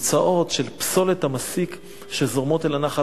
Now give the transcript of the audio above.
התוצאות של פסולת המסיק שזורמות אל הנחל